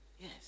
Yes